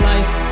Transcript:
Life